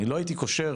אני לא הייתי קושר